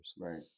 Right